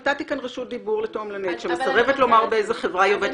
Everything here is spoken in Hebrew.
נתתי כאן רשות דיבור לתועמלנית שמסרבת לומר באיזו חברה היא עובדת.